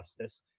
justice